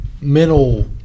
mental